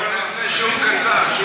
נעשה שיעור קצר.